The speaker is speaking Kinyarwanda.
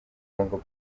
congo